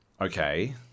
okay